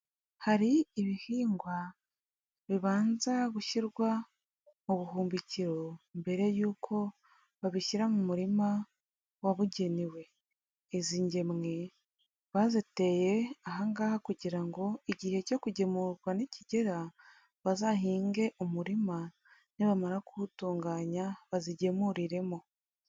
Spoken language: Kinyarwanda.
Hari ibihingwa bibanza gushyirwa mu buhumbikiro mbere y'uko babishyira mu murima wabugenewe, izi ngemwe baziteye aha ngaha kugira ngo igihe cyo kugemurwa nikigera bazahinge umurima ni bamara kuwutunganya bazigemuriremo.